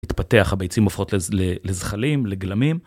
התפתח הביצים הופכות לזחלים לגלמים.